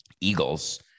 Eagles